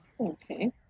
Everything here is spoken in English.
Okay